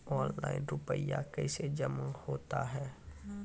Online रुपये कैसे जमा होता हैं?